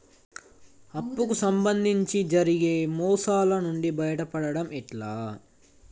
అప్పు కు సంబంధించి జరిగే మోసాలు నుండి బయటపడడం ఎట్లా?